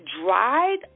Dried